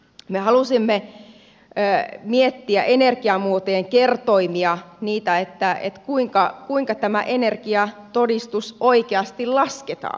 me halusimme miettiä energiamuotojen kertoimia sitä kuinka energiatodistus oikeasti lasketaan